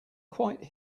quite